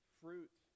fruit